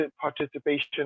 participation